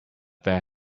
their